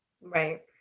Right